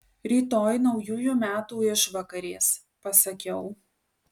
rytoj naujųjų metų išvakarės pasakiau